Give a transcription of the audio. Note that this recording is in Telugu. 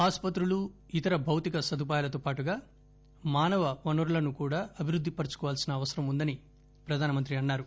ఆసుపత్రులు ఇతర భౌతిక సదుపాయాలతో పాటుగా మానవవనరులను కూడా అభివృద్ధి పరచుకోవలసిన అవసరం ఉందని ప్రధాన మంత్రి అన్నారు